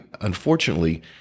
unfortunately